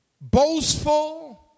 boastful